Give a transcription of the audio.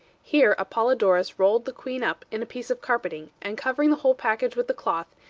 here apollodorus rolled the queen up in a piece of carpeting, and, covering the whole package with a cloth,